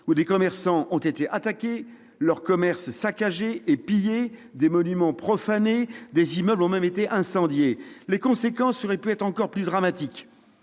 où des commerçants ont été attaqués, leurs commerces saccagés et pillés, des monuments profanés. Des immeubles ont même été incendiés ! Les conséquences auraient pu être encore plus dramatiques.